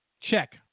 check